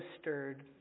stirred